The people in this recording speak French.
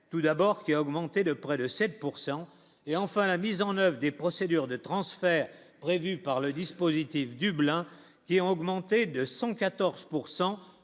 tout d'abord, qui a augmenté de près de 7 pourcent et enfin la mise en oeuvre des procédures de transfert prévu par le dispositif du blanc qui ont augmenté de 114